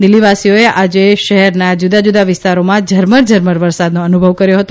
દિલ્ફીવાસીઓએ આજે શહેરાના જુદાજુદા વિસ્તારોમાં ઝરમર ઝરમર વરસાદનો અનુભવ કર્યો હતો